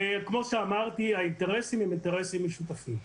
וכמו שאמרתי, האינטרסים הם אינטרסים משותפים.